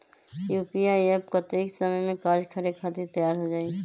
UPI app कतेइक समय मे कार्य करे खातीर तैयार हो जाई?